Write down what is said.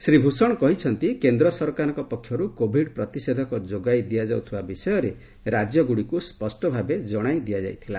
ଶ୍ରୀ ଭୂଷଣ କହିଛନ୍ତି କେନ୍ଦ୍ର ସରକାରଙ୍କ ପକ୍ଷରୁ କୋବିଡ୍ ପ୍ରତିଷେଧକ ଯୋଗାଇ ଦିଆଯାଉଥିବା ବିଷୟରେ ରାଜ୍ୟ ଗୁଡ଼ିକୁ ସ୍ୱଷ୍ଟ ଭାବେ ଜଣାଇ ଦିଆଯାଇଥିଲା